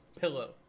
pillow